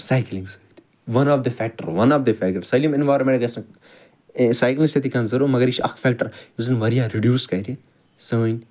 cycling سۭتۍ one of the factor one of the factor سٲلِم environment گَژھہِ نہٕ سایکٕلِنٛگ سۭتۍ کَنزٔرٕو مگر یہِ چھُ اکھ فیٚکٹر یُس زَن واریاہ رِیٚڈیٛوس کَرِ سٲنۍ